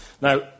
Now